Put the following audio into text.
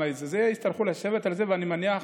יצטרכו לשבת על זה, ואני מניח,